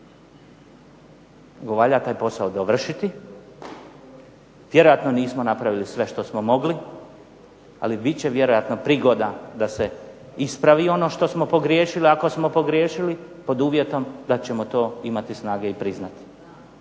valja taj posao dovršiti, vjerojatno nismo napravili sve što smo mogli, ali bit će vjerojatno prigoda da se ispravi ono što smo pogriješili ako smo pogriješili, pod uvjetom da ćemo to imati snage i priznati.